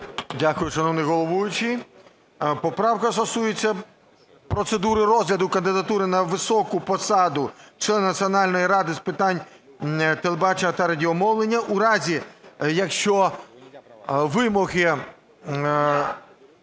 Дякую, шановний головуючий. Поправка стосується процедури розгляду кандидатури на високу посаду члена Національної ради з питань телебачення та радіомовлення у разі, якщо вимоги